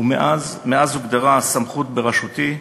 מאז הוגדרה הסמכות בראשותי,